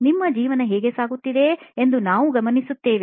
ನಿಮ್ಮ ಜೀವನ ಹೇಗೆ ಸಾಗುತ್ತೇವೆ ಎಂದು ನಾವು ಗಮನಿಸುತ್ತೇವೆ